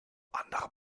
andere